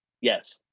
Yes